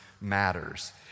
matters